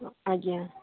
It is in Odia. ଆଜ୍ଞା